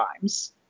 times